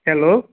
hello